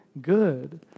good